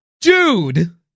Dude